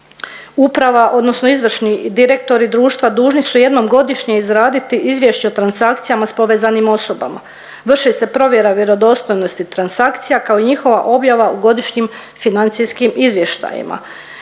Uprava odnosno izvršni direktori društva dužni su jednom godišnje izraditi izvješće o transakcijama s povezanim osobama, vrši se provjera vjerodostojnosti transakcija, kao i njihova objava u Godišnjim financijskim izvještajima.